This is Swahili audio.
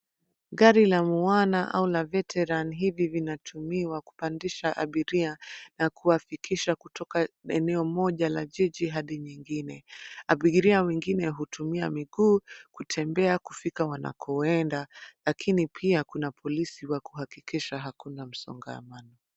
Gari la Moana au la Veteran hivi vinatumiwa kupandisha abiria na kuwafikisha kutoka eneo moja la jiji hadi nyingine. Abiria wengine hutumia miguu kutembea kufika wanakoenda lakini pia kuna polisi wa kuhakikisha hakuna msongamano.